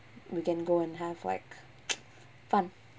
we can go and have like fun